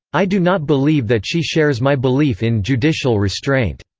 i do not believe that she shares my belief in judicial restraint